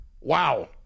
Wow